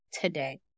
today